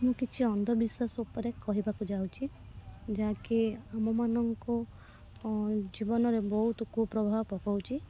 ମୁଁ କିଛି ଅନ୍ଧ ବିଶ୍ୱାସ ଉପରେ କହିବାକୁ ଯାଉଛି ଯାହାକି ଆମମାନଙ୍କୁ ଜୀବନରେ ବହୁତ କୁପ୍ରଭାବ ପକାଉଛି